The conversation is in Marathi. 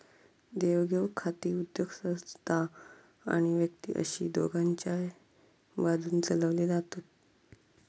देवघेव खाती उद्योगसंस्था आणि व्यक्ती अशी दोघांच्याय बाजून चलवली जातत